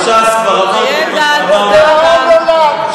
על ש"ס כבר אמרנו מה שאמרנו,